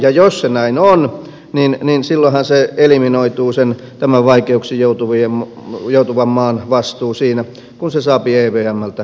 ja jos se näin on niin silloinhan eliminoituu tämän vaikeuksiin joutuvan maan vastuu siinä kun se saapi evmltä tukea